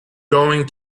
going